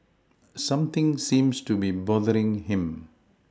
something seems to be bothering him